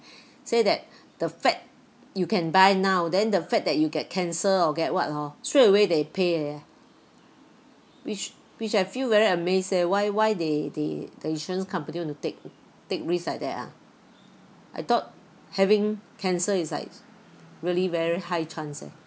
say that the fact you can buy now then the fact that you get cancer or get what hor straight away they pay eh which which I feel very amazed eh why why they they the insurance company want to take take risk like that ah I thought having cancer is like really very high chance eh